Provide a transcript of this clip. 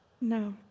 No